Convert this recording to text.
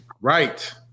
Right